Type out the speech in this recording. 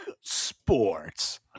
sports